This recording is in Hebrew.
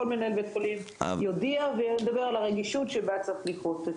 כל מנהל בית חולים יודיע וידבר על הרגישות שבה צריך לנקוט.